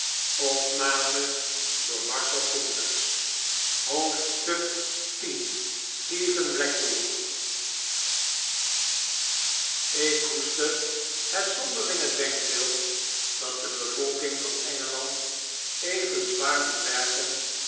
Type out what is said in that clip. stephen blackpool ik koester het zonderlinge denkbeeld dat de bevolking van engeland even zwaar moet werken